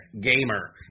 Gamer